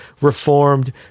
Reformed